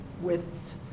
Widths